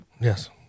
Yes